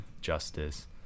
justice